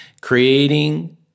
creating